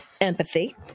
empathy